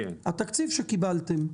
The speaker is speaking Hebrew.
התקציב שקיבלתם,